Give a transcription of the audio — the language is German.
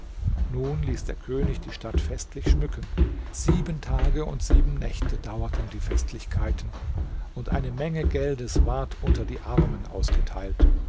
nun ließ der könig die stadt festlich schmücken sieben tage und sieben nächte dauerten die festlichkeiten und eine menge geldes ward unter die armen ausgeteilt